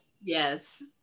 Yes